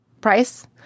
price